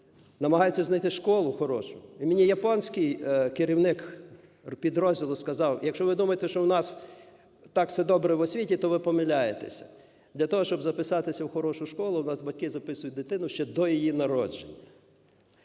намагаються знайти школу хорошу. І мені японський керівник підрозділу сказав: "Якщо ви думаєте, що у нас так все добре в освіті, то ви помиляєтеся. Для того, щоб записатися в хорошу школу, у нас батьки записують дитину ще до її народження".